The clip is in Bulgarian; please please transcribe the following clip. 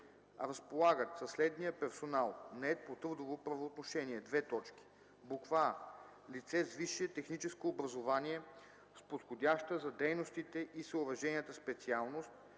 2. разполагат със следния персонал, нает по трудово правоотношение: а) лице с висше техническо образование с подходяща за дейностите и съоръженията специалност,